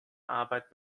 arbeit